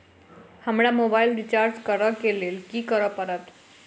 हमरा mobile recharge करऽ केँ लेल की करऽ पड़त?